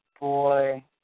boy